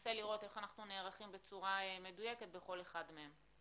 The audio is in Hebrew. וננסה לראות איך אנחנו נערכים בצורה מדויקת בכל אחד מהם.